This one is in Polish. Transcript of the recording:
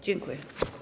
Dziękuję.